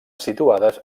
situades